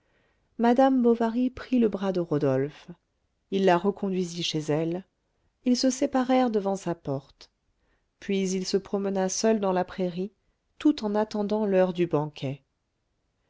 madame bovary prit le bras de rodolphe il la reconduisit chez elle ils se séparèrent devant sa porte puis il se promena seul dans la prairie tout en attendant l'heure du banquet